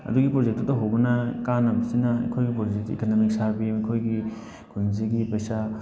ꯑꯗꯨꯒꯤ ꯄ꯭ꯔꯣꯖꯦꯛꯇꯨ ꯇꯧꯍꯧꯕꯅ ꯀꯥꯟꯅꯕꯁꯤꯅ ꯑꯩꯈꯣꯏꯒꯤ ꯄ꯭ꯔꯣꯖꯦꯛꯇꯤ ꯏꯀꯅꯃꯤꯛ ꯁꯔꯕꯦ ꯑꯩꯈꯣꯏꯒꯤ ꯈꯨꯟꯁꯤꯒꯤ ꯄꯩꯁꯥ